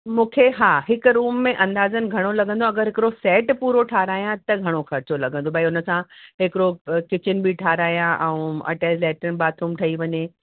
मूंखे हा हिक रूम में अंदाज़न घणो लॻंदो अगरि हिकिड़ो सैट पूरो ठहारायां त घणो ख़र्चो लॻंदो भई हुन सां हिकिड़ो किचन बि ठहाराया ऐं अटैच लैट्रिन बाथरूम ठई वञे